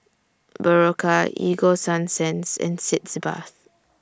Berocca Ego Sunsense and Sitz Bath